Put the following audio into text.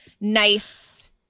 nice